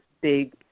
big